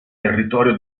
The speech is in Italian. territorio